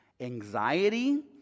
anxiety